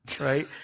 right